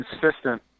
consistent